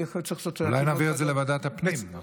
אולי נעביר את זה לוועדת הפנים?